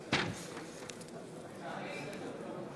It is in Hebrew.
הכנסת תמר